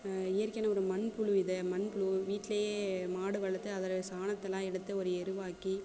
இயற்கையான ஒரு மண் புழு இது மண் புழு வீட்லேயே மாடு வளர்த்து அதோடய சாணத்தைலாம் எடுத்து ஒரு எருவாக்கி